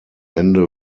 ende